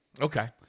Okay